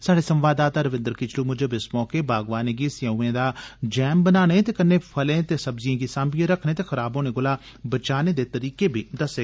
स्हाड़े संवाददाता रविन्द्र किचलू मुजब इस मौके बागवानें गी सेअऊएं दा जैम बनाने ते कन्ने फलें ते सब्जिएं गी साम्बीएं रखने ते खराब होने कोला बचाने दे तरीके बी दस्से